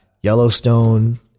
Yellowstone